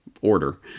order